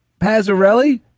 Pazzarelli